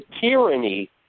tyranny